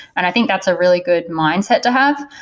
and i think that's a really good mindset to have.